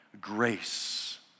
Grace